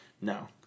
No